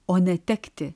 o netekti